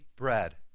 bread